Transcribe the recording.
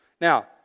Now